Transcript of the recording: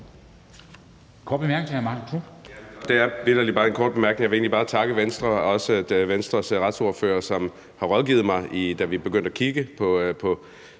en kort bemærkning fra hr. Marcus Knuth.